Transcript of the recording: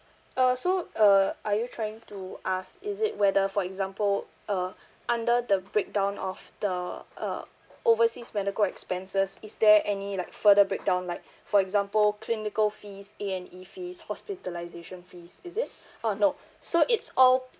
uh so uh are you trying to ask is it whether for example uh under the breakdown of the uh overseas medical expenses is there any like further breakdown like for example clinical fees A and E fees hospitalisation fees is it uh no so it's all